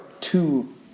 two